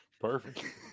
Perfect